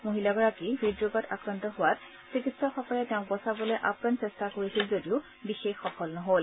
মহিলাগৰাকী হৃদৰোগত আক্ৰান্ত হোৱাত চিকিৎসকসকলে তেওঁক বচাবলৈ আপ্ৰাণ চেষ্টা কৰিছিল যদিও সফল নহল